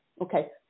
Okay